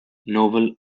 novel